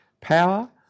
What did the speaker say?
power